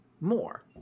more